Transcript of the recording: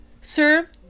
Sir